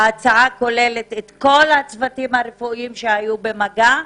ההצעה כוללת את כל הצוותים הרפואיים שהיות במגע,